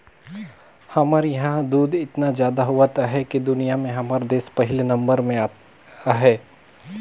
हमर इहां दूद एतना जादा होवत अहे कि दुनिया में हमर देस पहिले नंबर में अहे